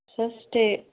sir stay